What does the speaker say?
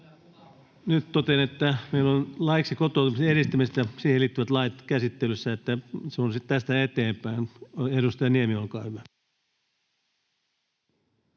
Nyt totean, että meillä on laki kotoutumisen edistämisestä ja siihen liittyvät lait käsittelyssä, niin että se on sitten tästä eteenpäin. — Edustaja Niemi, olkaa hyvä.